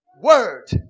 word